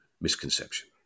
misconception